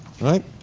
Right